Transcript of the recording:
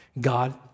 God